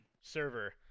server